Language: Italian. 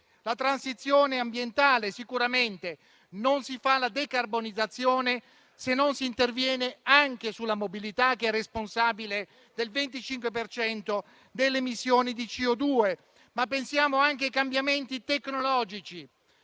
alla transizione ambientale: non si fa la decarbonizzazione, se non si interviene anche sulla mobilità, che è responsabile del 25 per cento delle emissioni di CO2. Pensiamo anche ai cambiamenti tecnologici: